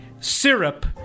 syrup